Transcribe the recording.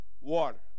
Water